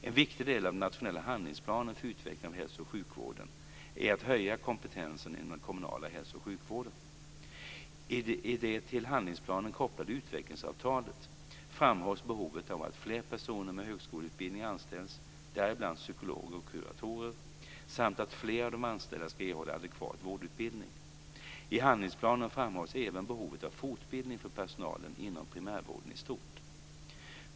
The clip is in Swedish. En viktig del av den nationella handlingsplanen för utveckling av hälso och sjukvården är att höja kompetensen inom den kommunala hälso och sjukvården. I det till handlingsplanen kopplade utvecklingsavtalet framhålls behovet av att fler personer med högskoleutbildning anställs, däribland psykologer och kuratorer, samt att fler av de anställda ska erhålla adekvat vårdutbildning. I handlingsplanen framhålls även behovet av fortbildning för personalen inom primärvården i stort.